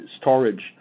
storage